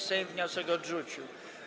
Sejm wniosek odrzucił.